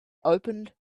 opened